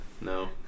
No